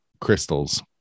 crystals